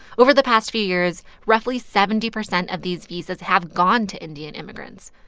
over the past few years, roughly seventy percent of these visas have gone to indian immigrants.